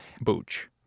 booch